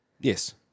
Yes